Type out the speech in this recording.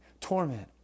torment